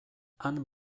han